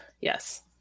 Yes